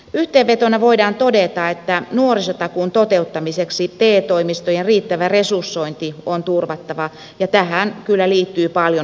yhteenvetona voidaan todeta että nuorisotakuun toteuttamiseksi te toimistojen riittävä resursointi on turvattava ja tähän kyllä liittyy paljon huolenaiheita